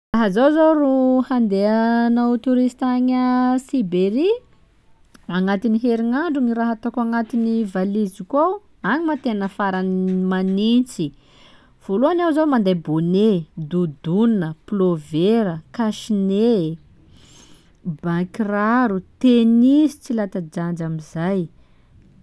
Laha zaho zô ro handeha hanao touriste agny à Siberia, agnatin'ny herignandro gny raha ataoko agnaty valiziko ao, agny moa tena faran'ny manitsy, vôlohany aho zao manday bonnet, doudoune, pilôvera, cache-nez, ban-kiraro, tennis tsy latsa-danja amizay.